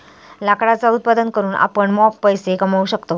लाकडाचा उत्पादन करून आपण मॉप पैसो कमावू शकतव